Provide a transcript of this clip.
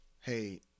Hey